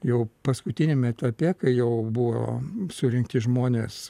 jau paskutiniam etape kai jau buvo surinkti žmonės